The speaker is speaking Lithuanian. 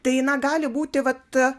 tai na gali būti vat